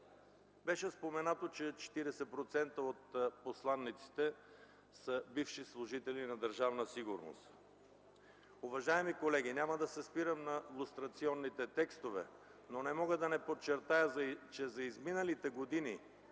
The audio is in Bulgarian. Беше споменато, че 40% от посланиците са бивши служители на Държавна сигурност. Уважаеми колеги, няма да се спирам на лустрационните текстове, но не мога да не подчертая, че за изминалите години